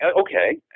okay